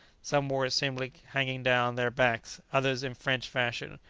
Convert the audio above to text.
some wore it simply hanging down their backs, others in french fashion,